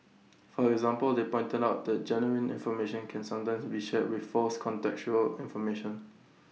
for example they pointed out that genuine information can sometimes be shared with false contextual information